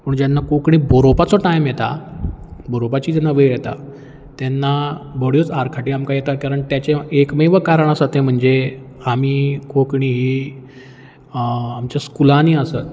पूण जेन्ना कोंकणी बरोपाचो टायम येता बरोवपाची जेन्ना वेळ येता तेन्ना बऱ्योच आरकाटी आमकां येता कारण ताचें एकमेव कारण आसा तें म्हणजे आमी कोंकणी ही आमच्या स्कुलांनी आसत